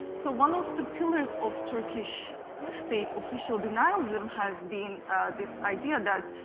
so one of the pillars of turkish state official denialism has been this idea that